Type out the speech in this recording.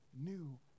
new